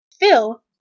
Phil